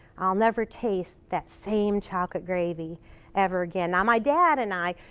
i'll never taste that same chocolate gravy ever again. now, my dad and i,